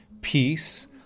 peace